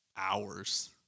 Hours